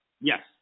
Yes